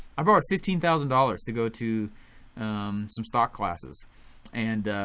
i borrowed fifteen thousand dollars to go to some stock classes and